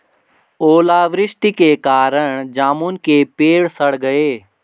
ओला वृष्टि के कारण जामुन के पेड़ सड़ गए